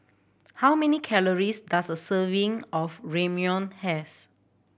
how many calories does a serving of Ramyeon have